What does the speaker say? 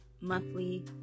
monthly